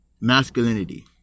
masculinity